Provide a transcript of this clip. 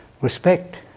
respect